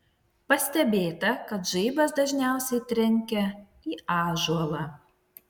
pastebėta kad žaibas dažniausiai trenkia į ąžuolą